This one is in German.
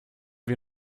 wir